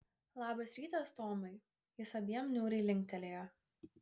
labas rytas tomai jis abiem niūriai linktelėjo